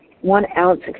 one-ounce